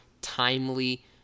timely